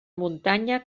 muntanya